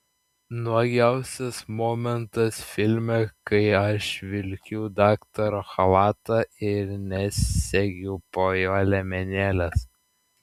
nuogiausias momentas filme kai aš vilkiu daktaro chalatą ir nesegiu po juo liemenėlės